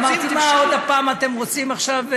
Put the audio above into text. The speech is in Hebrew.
אמרתי: מה, עוד הפעם אתם רוצים עכשיו?